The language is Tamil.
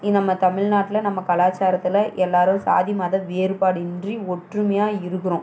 நம்ம தமிழ்நாட்டில் நம்ம கலாச்சாரத்தில் எல்லோரும் சாதி மத வேறுபாடின்றி ஒற்றுமையாக இருக்கிறோம்